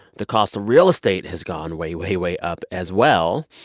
the cost of real estate has gone way, way, way up as well.